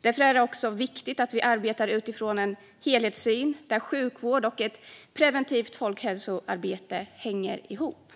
Därför är det också viktigt att vi arbetar utifrån en helhetssyn där sjukvård och ett preventivt folkhälsoarbete hänger ihop.